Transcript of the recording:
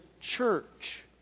church